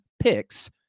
picks